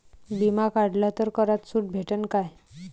बिमा काढला तर करात सूट भेटन काय?